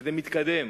וזה מתקדם.